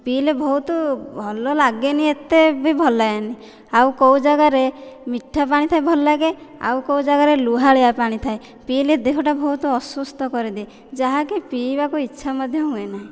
ପିଇଲେ ବହୁତ ଭଲ ଲାଗେନି ଏତେ ବି ଭଲ ଲାଗେନି ଆଉ କେଉଁ ଜାଗାରେ ମିଠା ପାଣି ଥାଏ ଭଲ ଲାଗେ ଆଉ କେଉଁ ଜାଗାରେ ଲୁହାଳିଆ ପାଣି ଥାଏ ପିଇଲେ ଦେହଟା ବହୁତ ଅସୁସ୍ଥ କରିଦିଏ ଯାହାକି ପିଇବାକୁ ଇଚ୍ଛା ମଧ୍ୟ ହୁଏ ନାହିଁ